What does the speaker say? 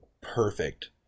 perfect